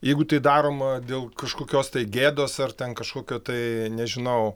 jeigu tai daroma dėl kažkokios tai gėdos ar ten kažkokio tai nežinau